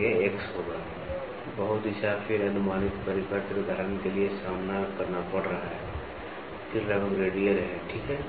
गया X होगा बहु दिशा फिर अनुमानित परिपत्र उदाहरण के लिए सामना करना पड़ रहा है फिर लगभग रेडियल ठीक है